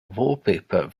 wallpaper